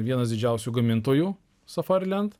vienas didžiausių gamintojų safarilent